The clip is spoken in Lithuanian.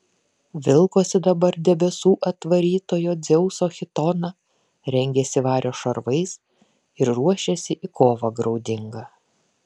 vilkosi dabar debesų atvarytojo dzeuso chitoną rengėsi vario šarvais ir ruošėsi į kovą graudingą